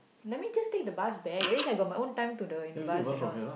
let me just take the bus back at least I got my own time to the in the bus and all